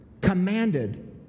commanded